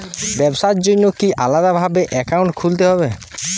ব্যাবসার জন্য কি আলাদা ভাবে অ্যাকাউন্ট খুলতে হবে?